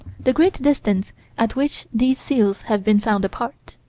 the great distances at which these seals have been found apart.